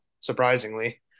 surprisingly